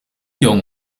jong